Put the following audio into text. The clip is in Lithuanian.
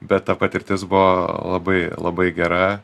bet ta patirtis buvo labai labai gera